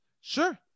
Sure